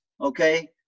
okay